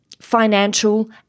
financial